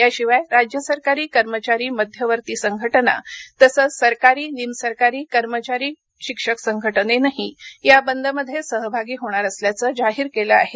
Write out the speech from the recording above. याशिवाय राज्य सरकारी कर्मचारी मध्यवर्ती संघटना तसंच सरकारी निमसरकारी कर्मचारी शिक्षक संघटनेनंही या बंदमध्ये सहभागी होणार असल्याचं जाहीर केल आहे